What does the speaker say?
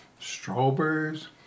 Strawberries